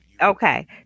Okay